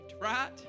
right